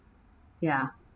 ya